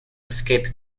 escape